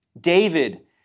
David